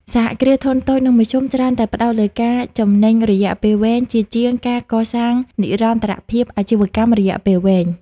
សហគ្រាសធុនតូច និងមធ្យម ច្រើនតែផ្ដោតលើការចំណេញរយៈពេលខ្លី ជាជាងការកកសាងនិរន្តរភាពអាជីវកម្មរយៈពេលវែង។